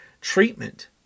treatment